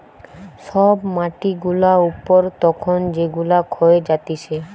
সব মাটি গুলা উপর তখন যেগুলা ক্ষয়ে যাতিছে